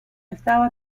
estaba